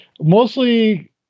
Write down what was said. mostly